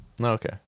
Okay